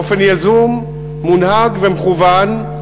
באופן יזום, מונהג ומכוון,